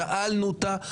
שאלנו אותם: